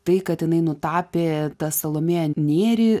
tai kad jinai nutapė tą salomėją nėrį